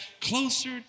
closer